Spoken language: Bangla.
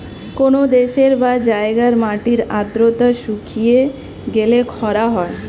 কোন দেশের বা জায়গার মাটির আর্দ্রতা শুষিয়ে গেলে খরা হয়